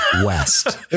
West